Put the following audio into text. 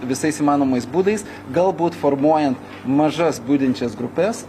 visais įmanomais būdais galbūt formuojant mažas budinčias grupes